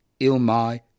Ilmai